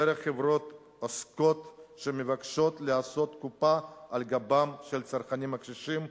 דרך חברות עסקיות שמבקשות לעשות קופה על גבם של הצרכנים הקשישים,